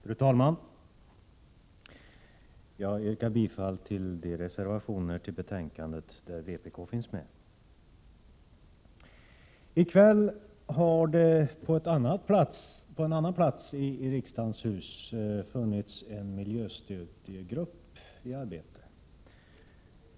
Fru talman! Jag yrkar bifall till de reservationer till betänkandet där vpk finns med. I kväll har det på en annan plats i riksdagens hus funnits en miljöstudiegrupp i arbete.